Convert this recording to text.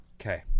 okay